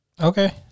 Okay